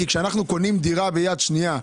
כי כשאנחנו קונים דירה ביד שנייה,